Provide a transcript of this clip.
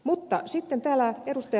mutta sitten täällä ed